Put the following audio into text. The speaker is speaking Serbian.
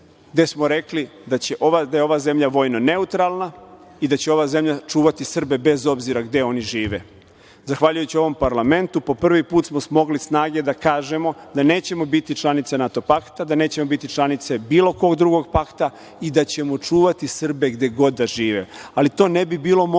gde smo rekli da je ova zemlja vojno neutralna i da će ova zemlja čuvati Srbe bez obzira gde oni žive. Zahvaljujući ovom parlamentu, po prvi put smo smogli snage da kažemo da nećemo biti članice NATO pakta, da nećemo biti članice bilo kog drugog pakta i da ćemo čuvati Srbe gde god da žive. Ali, to ne bi bilo moguće